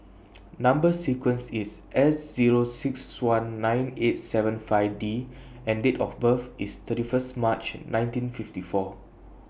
Number sequence IS S Zero six one nine eight seven five D and Date of birth IS thirty First March nineteen fifty four